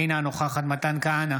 אינה נוכחת מתן כהנא,